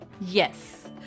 Yes